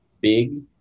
big